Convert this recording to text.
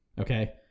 Okay